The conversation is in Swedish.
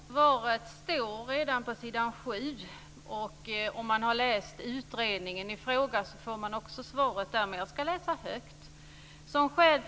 Fru talman! Svaret står redan på s. 7 i betänkandet. Och om man har läst utredningen i fråga får man svaret även där. Men jag ska läsa högt ur betänkandet.